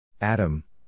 Adam